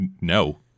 no